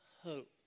hope